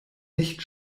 nicht